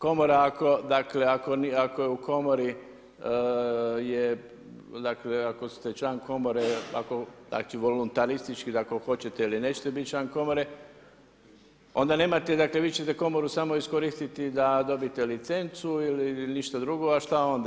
Komora ako, dakle ako je u komori je, dakle ako ste član komore, znači voluntaristički da ako hoćete ili nećete biti član komore onda nemate, dakle vi ćete komoru samo iskoristiti da dobite licencu ili ništa drugo a šta onda?